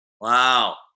Wow